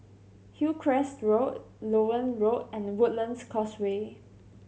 Hillcrest Road Loewen Road and Woodlands Causeway